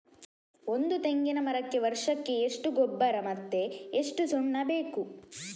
ಒಂದು ತೆಂಗಿನ ಮರಕ್ಕೆ ವರ್ಷಕ್ಕೆ ಎಷ್ಟು ಗೊಬ್ಬರ ಮತ್ತೆ ಎಷ್ಟು ಸುಣ್ಣ ಬೇಕು?